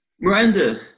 miranda